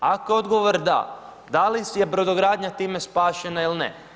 Ako je odgovor da, da li je brodogradnja time spašena ili ne.